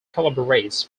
collaborates